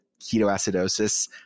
ketoacidosis